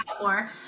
more